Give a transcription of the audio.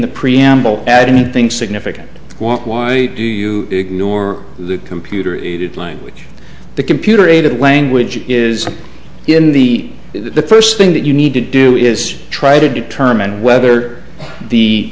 the preamble added think significant want why do you ignore the computer aided language the computer aided language is in the the first thing that you need to do is try to determine whether the